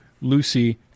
Lucy